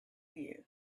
you